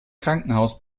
krankenhaus